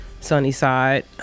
Sunnyside